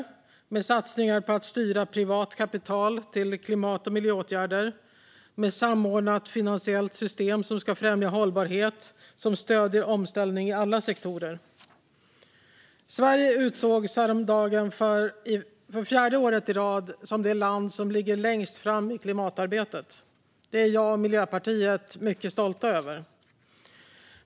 Det handlar om satsningar på att styra privat kapital till klimat och miljöåtgärder med ett samordnat finansiellt system som ska främja hållbarhet, som stöder omställningar i alla sektorer. Sverige utsågs häromdagen för fjärde året i rad till det land som ligger längst fram i klimatarbetet. Det är jag och Miljöpartiet mycket stolta över.